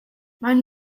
maen